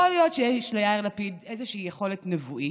יכול להיות שיש ליאיר לפיד איזושהי יכולת נבואית,